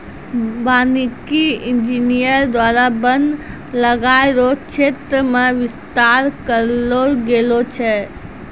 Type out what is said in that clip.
वानिकी इंजीनियर द्वारा वन लगाय रो क्षेत्र मे बिस्तार करलो गेलो छै